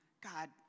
god